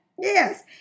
Yes